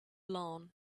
lawn